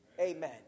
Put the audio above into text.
Amen